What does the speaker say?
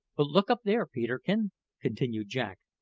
but look up there, peterkin, continued jack,